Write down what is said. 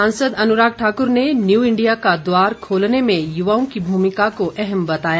सांसद अनुराग ठाकुर ने new India का द्वार खोलने में युवाओं की भूमिका को अहम बताया